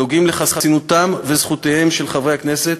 הנוגעים בחסינותם וזכויותיהם של חברי הכנסת,